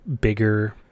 bigger